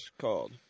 called